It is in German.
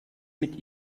mit